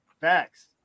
Facts